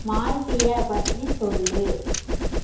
மால்டிய பற்றி சொல்லு